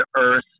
earth